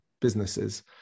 businesses